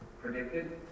predicted